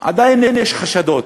עדיין יש חשדות,